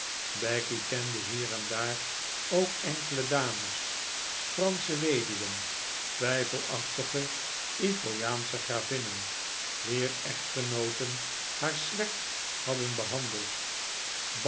becky kende hier en daar ook enkele dames fransche weduwen twijfelachtige italiaansche gravinnen wier echtgenooten haar slecht hadden behandeld